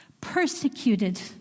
persecuted